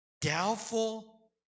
doubtful